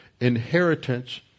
inheritance